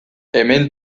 hemen